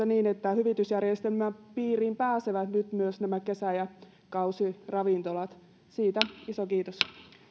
niin että hyvitysjärjestelmän piiriin pääsevät nyt myös kesä ja kausiravintolat siitä iso kiitos